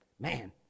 Man